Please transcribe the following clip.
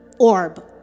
orb